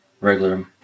Regular